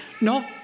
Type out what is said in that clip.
No